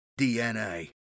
DNA